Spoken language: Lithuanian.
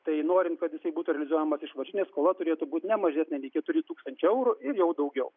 tai norint kad jisai būtų realizuojamas iš varžytinių skola turėtų būti ne mažesnė nei keturi tūkstančiai eurų ir jau daugiau